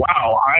Wow